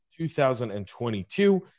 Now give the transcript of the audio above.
2022